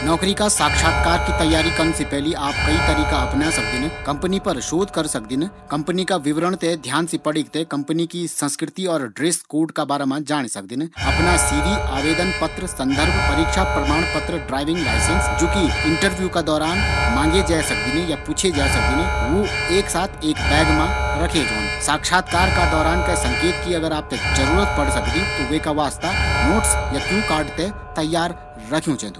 नौकरी का साक्षात्कार करन से पैली आप कई तरीका अपनै सकदिन। कम्पनी पर शोध करी सकदिन। कम्पनी का विवरण थें ध्यान से पढ़ीक थें कंपनी की संस्कृति और ड्रेस कोड का बाराम जाणी सकदिन। अफणा सीवी, आवेदन पत्र, सन्दर्भ परीक्षा प्रमाण पत्र, ड्राइविंग लाईसेन्स जू कि इंटरव्यू का दौरान मांगे जै सकदिन। वू एक साथ एक बैग मा रखै जौन। साक्षात्कार का दौरान अगर आप थें कै संकेत की जरूरत पड़ सकदी त वी वास्ता नोट्स या क्यू कार्ड थें तैयार रखियु चैन्दु।